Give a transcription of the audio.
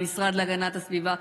למשרד להגנת הסביבה,